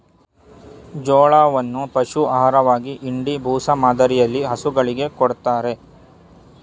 ಜೋಳವನ್ನು ಪಶು ಆಹಾರವಾಗಿ ಇಂಡಿ, ಬೂಸ ಮಾದರಿಯಲ್ಲಿ ಹಸುಗಳಿಗೆ ಕೊಡತ್ತರೆ